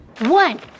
One